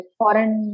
foreign